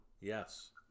Yes